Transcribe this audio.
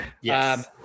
Yes